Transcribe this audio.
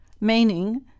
Meaning